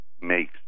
makes